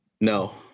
no